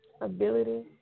ability